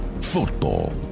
football